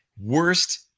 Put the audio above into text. worst